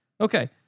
okay